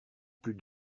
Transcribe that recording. plus